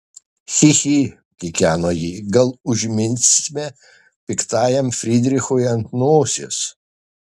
chi chi kikeno ji gal užminsime piktajam frydrichui ant nosies